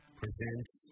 presents